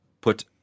put